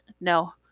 no